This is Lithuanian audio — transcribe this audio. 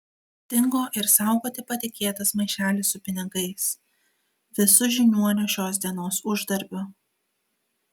dingo ir saugoti patikėtas maišelis su pinigais visu žiniuonio šios dienos uždarbiu